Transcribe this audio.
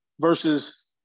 versus